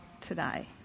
today